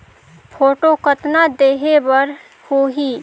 Photo कतना देहें बर होहि?